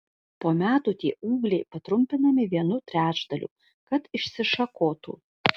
po metų tie ūgliai patrumpinami vienu trečdaliu kad išsišakotų